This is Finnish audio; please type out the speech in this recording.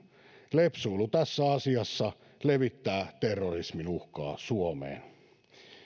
lepsuilu tässä asiassa levittää terrorismin uhkaa suomeen